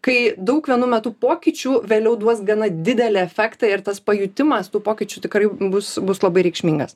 kai daug vienu metu pokyčių vėliau duos gana didelį efektą ir tas pajutimas tų pokyčių tikrai bus bus labai reikšmingas